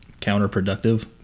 counterproductive